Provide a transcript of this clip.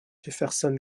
jefferson